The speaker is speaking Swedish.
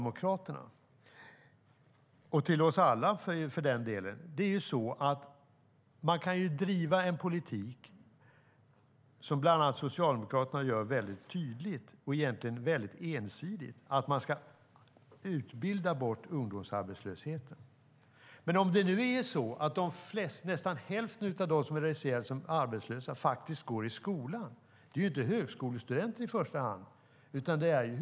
Man kan driva en politik - något som Socialdemokraterna gör tydligt och ganska ensidigt - och säga att man ska utbilda bort ungdomsarbetslösheten. Nästan hälften av dem som är registrerade som arbetslösa går faktiskt i skolan, och då handlar det inte i första hand om högskolestudenter.